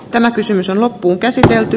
tämä kysymys on loppuun käsitelty